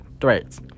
threats